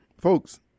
folks